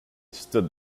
stood